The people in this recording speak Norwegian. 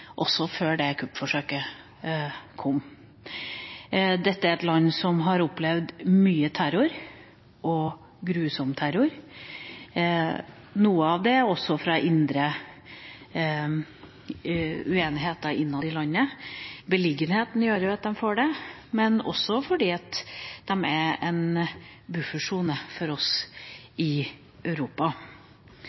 også før det kuppforsøket kom. Dette er et land som har opplevd mye terror og grusom terror. Noe av det skyldes uenigheter innad i landet. Beliggenheten gjør at de får det, men også at de er en buffersone for oss i Europa.